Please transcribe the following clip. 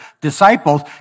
disciples